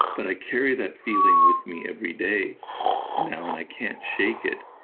but i carry that feeling with me every day and now and i can't shake it.